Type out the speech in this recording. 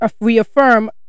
reaffirm